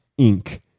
Inc